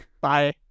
Bye